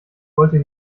wollte